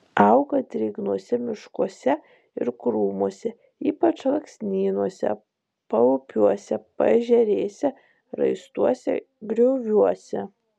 auga drėgnuose miškuose ir krūmuose ypač alksnynuose paupiuose paežerėse raistuose grioviuose